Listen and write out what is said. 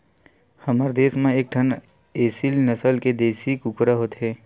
हमर देस म एकठन एसील नसल के देसी कुकरा होथे